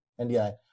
NDI